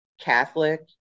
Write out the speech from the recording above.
Catholic